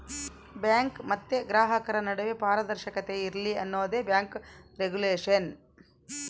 bank ಮತ್ತೆ ಗ್ರಾಹಕರ ನಡುವೆ ಪಾರದರ್ಶಕತೆ ಇರ್ಲಿ ಅನ್ನೋದೇ ಬ್ಯಾಂಕ್ ರಿಗುಲೇಷನ್